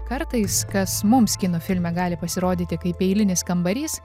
kartais kas mums kino filme gali pasirodyti kaip eilinis kambarys